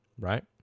right